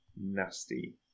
Nasty